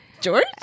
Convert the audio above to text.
George